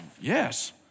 yes